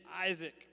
Isaac